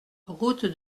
route